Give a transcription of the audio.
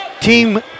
Team